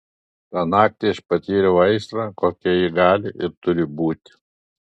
tą naktį aš patyriau aistrą kokia ji gali ir turi būti